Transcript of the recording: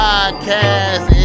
Podcast